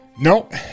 Nope